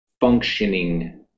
functioning